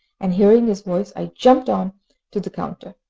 and hearing his voice, i jumped on to the counter.